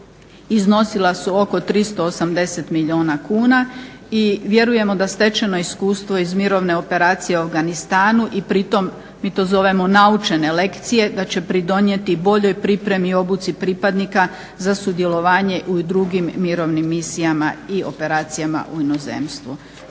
iznosila su oko 380 milijuna kuna i vjerujemo da stečeno iskustvo iz mirovne operacije u Afganistanu i pritom mi to zovemo naučene lekcije da će pridonijeti boljoj pripremi i obuci pripadnika za sudjelovanje u drugim mirovnim misijama i operacijama u inozemstvu.